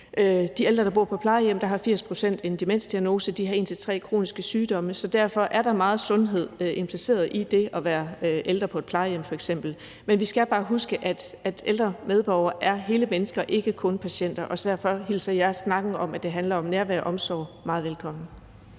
de ældre, der bor på et plejehjem, har en demensdiagnose og én til tre kroniske sygdomme. Derfor er der meget sundhed impliceret i f.eks. det at være ældre på et plejehjem, men vi skal bare huske, at ældre medborgere er hele mennesker og ikke kun patienter. Derfor hilser jeg snakken om, at det handler om nærvær og omsorg, meget velkommen.